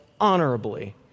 honorably